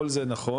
כל זה נכון,